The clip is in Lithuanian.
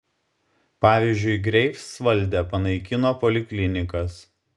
pavyzdžiui greifsvalde panaikino poliklinikas